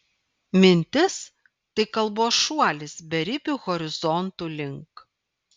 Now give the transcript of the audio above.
mintis tai kalbos šuolis beribių horizontų link